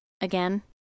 Again